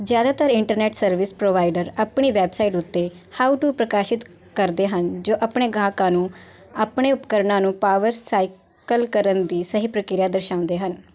ਜ਼ਿਆਦਾਤਰ internet service provider ਆਪਣੀ website ਉੱਤੇ ਹਾਓ ਟੂ ਪ੍ਰਕਾਸ਼ਿਤ ਕਰਦੇ ਹਨ ਜੋ ਆਪਣੇ ਗਾਹਕਾਂ ਨੂੰ ਆਪਣੇ ਉਪਕਰਨਾਂ ਨੂੰ ਪਾਵਰ ਸਾਈਕਲ ਕਰਨ ਦੀ ਸਹੀ ਪ੍ਰਕਿਰਿਆ ਦਰਸਾਉਂਦੇ ਹਨ